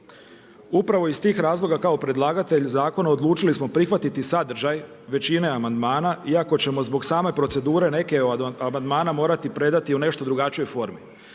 Upravo ih tih razloga kao predlagatelj zakona odlučili smo prihvatiti sadržaj većine amandmana, iako ćemo zbog same procedure neke od amandmana morati predati u nešto drugačijoj formi,